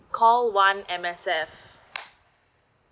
call one M_S_F